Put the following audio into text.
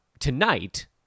tonight